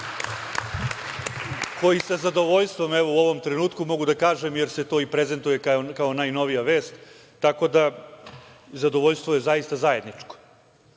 koji sa zadovoljstvom u ovom trenutku mogu da kažem, jer se to i prezentuje kao najnovija vest, tako da je zadovoljstvo zaista zajedničko. Što